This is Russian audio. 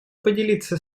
поделиться